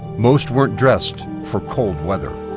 most weren't dressed for cold weather.